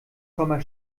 komma